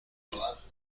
است